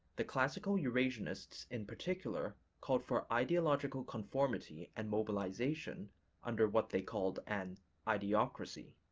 the classical eurasianists in particular called for ideological conformity and mobilization under what they called an ideocracy.